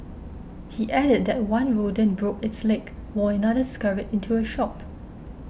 he added that one rodent broke its leg while another scurried into a shop